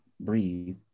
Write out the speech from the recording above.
breathe